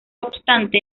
obstante